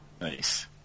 Nice